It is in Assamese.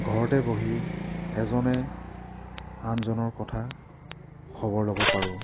ঘৰতে বহি এজনে আনজনৰ কথা খবৰ ল'ব পাৰোঁ